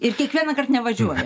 ir kiekvienąkart nevažiuoja